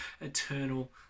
eternal